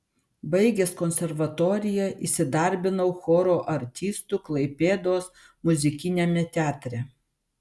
baigęs konservatoriją įsidarbinau choro artistu klaipėdos muzikiniame teatre